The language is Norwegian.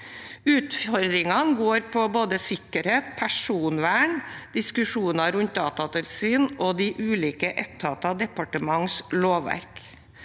Utfordringene går på både sikkerhet, personvern, diskusjoner rundt datatilsyn og de ulike etaters og departements lovverk,